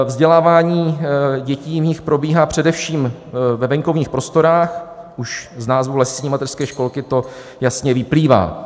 Vzdělávání dětí v nich probíhá především ve venkovních prostorách, už z názvu lesní mateřské školky to jasně vyplývá.